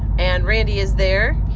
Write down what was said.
and randy is there.